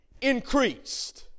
increased